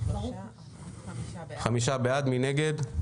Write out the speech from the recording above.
5. מי נגד?